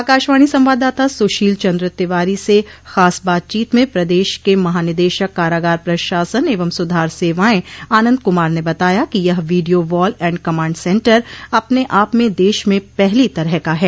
आकाशवाणी संवाददाता सुशील चन्द्र तिवारी से खास बातचीत में प्रदेश के महानिदेशक कारागार प्रशासन एवं सुधार सेवाएं आनन्द कुमार ने बताया कि यह video wall and command centre अपने आप में देश में पहली तरह का है